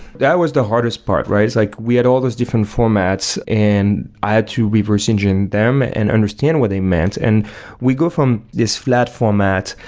that was the hardest part, right? it's like, we had all those different formats and i had to reverse engineer them and understand what they meant. and we go from this flat format,